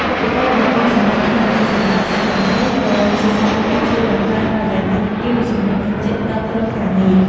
ឧបករណ៍បំពងសំឡេងខ្នាតតូចសម្រាប់ចាក់តន្ត្រី ក៏ជាសម្ភារៈជួយបង្កើនបរិយាកាសរីករាយ និងជំរុញទឹកចិត្តដល់ក្រុមការងារ។